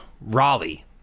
Raleigh